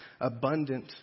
abundant